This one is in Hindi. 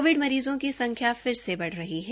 कोविड मरीजों की संख्या फिर से बढ़ रही है